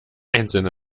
einzeln